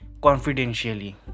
confidentially